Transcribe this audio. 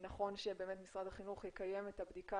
נכון שמשרד החינוך יקיים את הבדיקה